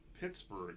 Pittsburgh